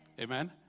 Amen